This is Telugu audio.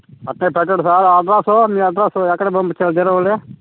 అట్నే పెట్టండి సార్ అడ్రసు మీ అడ్రస్సు ఎక్కడ పంపించాలి డెలివరీ